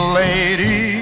lady